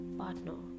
partner